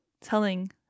telling